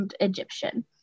Egyptian